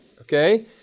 okay